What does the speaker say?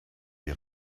die